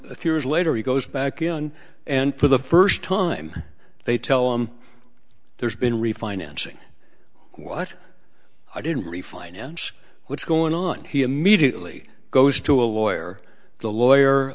a few years later he goes back in and for the first time they tell him there's been refinancing what i didn't refinance what's going on he immediately goes to a lawyer the lawyer